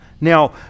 Now